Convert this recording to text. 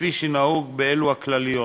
כפי שנהוג בבחירות הכלליות.